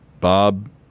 Bob